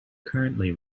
currently